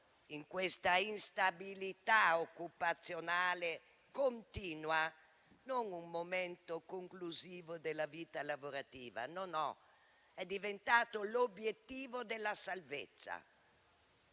in questa instabilità occupazionale continua, non più il momento conclusivo della vita lavorativa. È diventato l'obiettivo della salvezza.